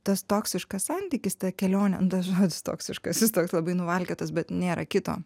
tas toksiškas santykis ta kelionė tas žodis toksiškas jis toks labai nuvalkiotas bet nėra kito